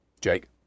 Jake